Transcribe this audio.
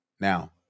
Now